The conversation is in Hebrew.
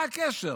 מה הקשר